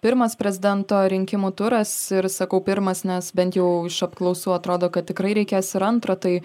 pirmas prezidento rinkimų turas ir sakau pirmas nes bent jau iš apklausų atrodo kad tikrai reikės ir antro tai